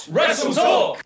WrestleTalk